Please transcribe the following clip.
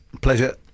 Pleasure